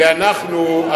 כי אנחנו,